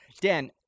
Dan